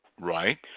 Right